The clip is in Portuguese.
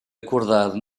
acordado